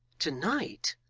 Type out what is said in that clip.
to-night!